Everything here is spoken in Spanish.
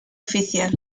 oficial